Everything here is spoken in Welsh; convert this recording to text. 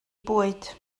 bwyd